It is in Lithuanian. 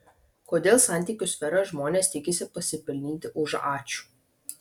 kodėl santykių sferoje žmonės tikisi pasipelnyti už ačiū